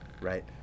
Right